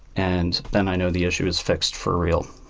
and then i know the issue is fixed for real.